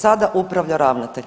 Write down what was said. Sada upravlja ravnatelj.